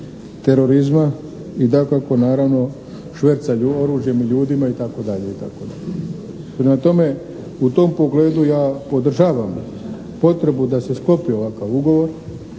terorizma i dakako naravno šverca oružjem i ljudima itd. Prema tome, u tom pogledu ja podržavam potrebu da se sklopi ovakav ugovor